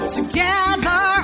Together